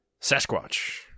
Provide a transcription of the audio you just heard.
Sasquatch